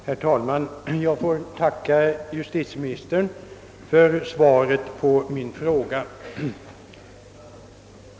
Herr talman! Jag ber att få tacka justitieministern för svaret på min fråga.